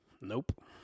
Nope